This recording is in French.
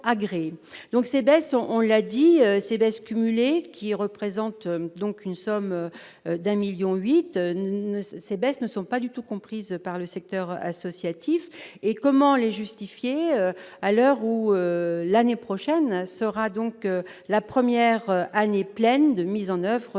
donc c'est Besson, on l'a dit, ces baisses cumulées qui représentent donc une somme d'un 1000000 8 ne ces baisses ne sont pas du tout comprise par le secteur associatif et comment les justifier, à l'heure où l'année prochaine sera donc la première année pleine de mise en oeuvre de cette